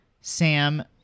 Sam